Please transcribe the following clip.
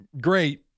great